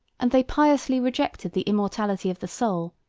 and they piously rejected the immortality of the soul,